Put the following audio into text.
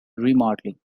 remodeling